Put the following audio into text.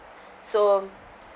so